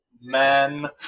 man